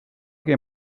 que